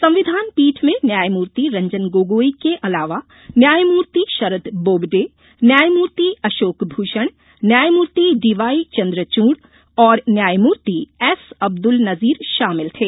संविधान पीठ में न्यायमूर्ति रंजन गोगोई के अलावा न्यायमूर्ति शरद बोबडे न्यायमूर्ति अशोक भूषण न्यायमूर्ति डीवाई चंद्रचूड़ और न्यायमूति एस अब्दुल नज़ीर शामिल थे